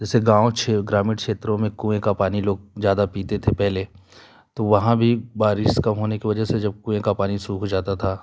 जैसे गाँव क्षेत्र ग्रामीण क्षेत्रों में कुँए का पानी लोग ज्यादा पीते थे पहले तो वहाँ भी बारिश कम होने की वजह से जब कुँआ का पानी सूख जाता था